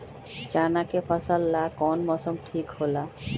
चाना के फसल ला कौन मौसम ठीक होला?